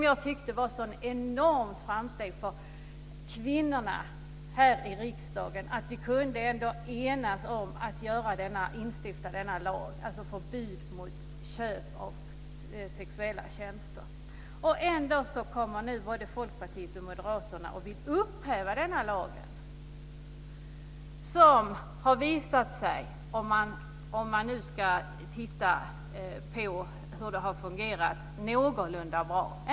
Jag tyckte att det var ett enormt framsteg för kvinnorna att vi i riksdagen kunde enas om att stifta lagen om förbud mot köp av sexuella tjänster. Nu vill både Folkpartiet och Moderaterna upphäva denna lag, som har fungerat om inte jättebra så ändå någorlunda bra.